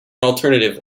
alternative